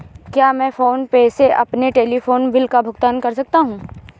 क्या मैं PhonePe से अपने टेलीफोन बिल का भुगतान कर सकता हूँ?